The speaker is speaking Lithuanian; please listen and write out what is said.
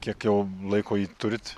kiek jau laiko jį turit